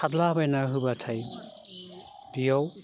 सारला बायना होबाथाय बेयाव